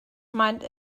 mind